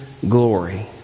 glory